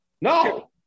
No